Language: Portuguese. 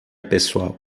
pessoal